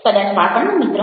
કદાચ બાળપણનો મિત્ર